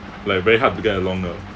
like very hard to get along ah